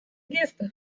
geste